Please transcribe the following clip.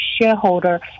shareholder